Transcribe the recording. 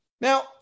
Now